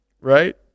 right